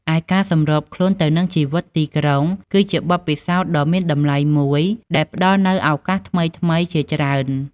ឯការសម្របខ្លួនទៅនឹងជីវិតទីក្រុង គឺជាបទពិសោធន៍ដ៏មានតម្លៃមួយដែលផ្តល់នូវឱកាសថ្មីៗជាច្រើន។